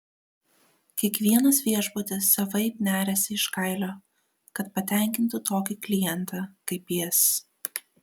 kiekvienas viešbutis savaip neriasi iš kailio kad patenkintų tokį klientą kaip jis